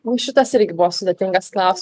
mum šitas irgi buvo sudėtingas klaus